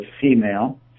female